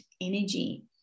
energy